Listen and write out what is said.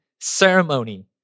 ceremony